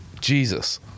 Jesus